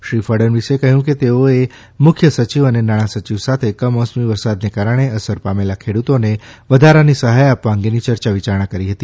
શ્રી ફડણવીસે કહ્યું કે તેઓએ મુખ્ય સચિવ અને નાણાં સચિવ સાથે કમોસમી વરસાદને કારણે અસર પામેલા ખેડૂતોને વધારાની સહાય આપવા અંગેની ચર્ચા વિયારણા કરી હતી